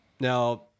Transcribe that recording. Now